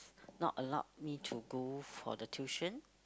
not allowed me to go for the tuition